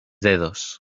dedos